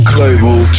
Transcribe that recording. Global